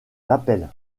l’appel